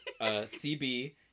CB